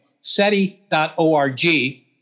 SETI.org